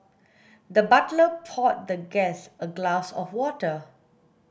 the butler poured the guest a glass of water